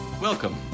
Welcome